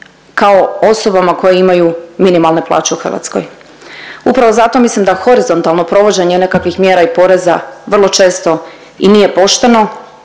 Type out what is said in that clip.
kao osobama koje imaju minimalne plaće u Hrvatskoj. Upravo zato mislim da horizontalno provođenje nekakvih mjera i poreza vrlo često i nije pošteno